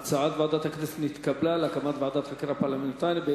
הצעת ועדת הכנסת להקמת ועדת חקירה פרלמנטרית נתקבלה,